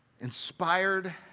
inspired